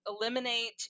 eliminate